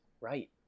Right